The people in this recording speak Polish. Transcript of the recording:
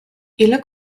ile